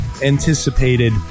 anticipated